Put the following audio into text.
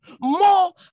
more